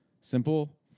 simple